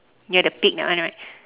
near the pig that one right